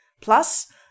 plus